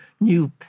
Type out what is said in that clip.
new